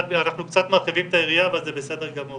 אנחנו קצת מרחיבים את היריעה, אבל זה בסדר גמור.